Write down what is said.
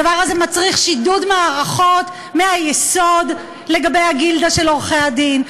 הדבר הזה מצריך שידוד מערכות מהיסוד לגבי הגילדה של עורכי הדין.